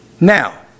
Now